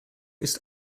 ist